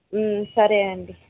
సరే అండి